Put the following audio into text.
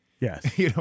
Yes